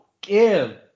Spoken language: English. give